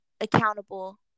accountable